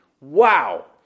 Wow